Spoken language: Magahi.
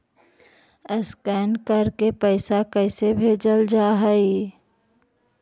स्कैन करके पैसा कैसे भेजल जा हइ?